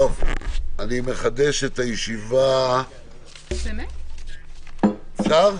אני מחדש את ישיבת ועדת החוקה, חוק ומשפט.